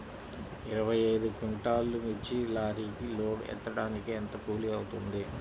ఇరవై ఐదు క్వింటాల్లు మిర్చి లారీకి లోడ్ ఎత్తడానికి ఎంత కూలి అవుతుంది?